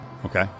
Okay